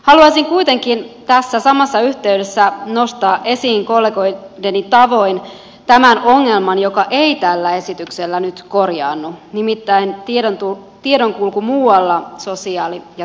haluaisin kuitenkin tässä samassa yhteydessä nostaa esiin kollegoideni tavoin tämän ongelman joka ei tällä esityksellä nyt korjaannu nimittäin tiedonkulun muualla sosiaali ja terveyspalveluissa